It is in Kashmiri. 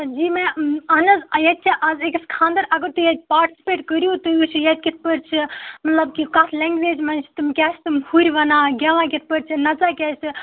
جی میم اہن حظ ییٚتہِ چھُ اَز أکِس خانٛدر اگر تُہۍ ییٚتہِ پاٹِسِپیٹ کٔرِو تُہۍ وُچھِو ییٚتہِ کِتھٕ پٲٹھۍ چھِ مطلب کہِ کَتھ لینگویج منٛز چھِ تِم کیٛاہ چھِ تِم ہُرۍ ونان گٮ۪وان کِتھ پٲٹھۍ چھِ نَژان کیٛاہ چھِ